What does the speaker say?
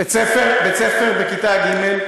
ספר לכיתה ג'.